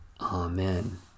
Amen